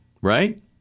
right